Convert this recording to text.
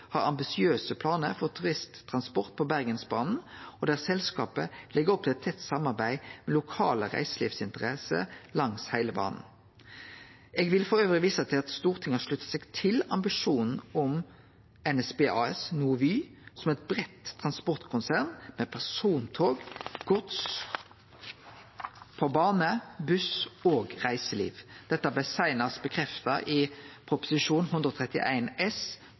har ambisiøse planar for turisttransport på Bergensbana, og der selskapet legg opp til eit tett samarbeid med lokale reiselivsinteresser langs heile bana. Eg vil elles vise til at Stortinget har slutta seg til ambisjonen om NSB AS, no Vy, som eit breitt transportkonsern med persontog, gods på bane, buss og reiseliv. Dette blei seinast bekrefta i Prop. 131 S for 2016 –2017, Innst. 472 S